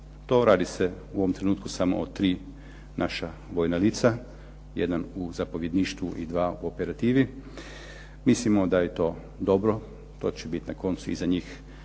to. Radi se u ovom trenutku samo o tri naša vojna lica, jedan u zapovjedništvu i dva u operativi. Mislimo da je to dobro, to će biti na koncu i za njih